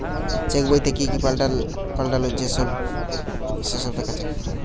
check বইতে কি কি পাল্টালো সে সব দেখা যায়